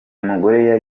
mugore